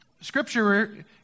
Scripture